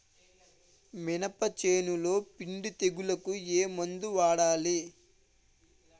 మినప చేనులో పిండి తెగులుకు ఏమందు వాడాలి?